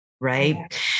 right